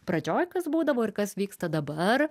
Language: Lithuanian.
pradžioj kas būdavo ir kas vyksta dabar